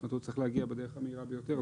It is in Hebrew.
שהוא צריך להגיע בדרך המהירה ביותר,